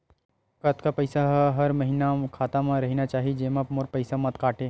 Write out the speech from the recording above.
कतका पईसा हर महीना खाता मा रहिना चाही जेमा मोर पईसा मत काटे?